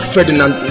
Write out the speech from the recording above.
Ferdinand